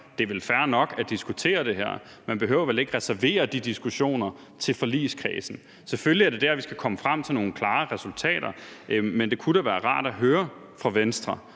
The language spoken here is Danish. Det er vel fair nok at diskutere det her. Man behøver vel ikke at reservere de diskussioner til forligskredsen. Selvfølgelig er det der, vi skal komme frem til nogle klare resultater, men det kunne da være rart at høre fra Venstre,